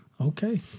Okay